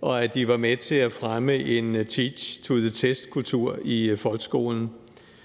og at de var med til at fremme en teaching to the test-kultur i folkeskolen.